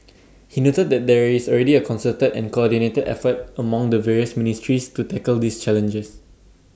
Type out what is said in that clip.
he noted that there is already A concerted and coordinated effort among the various ministries to tackle these challenges